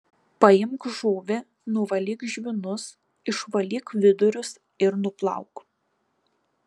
paimk žuvį nuvalyk žvynus išvalyk vidurius ir nuplauk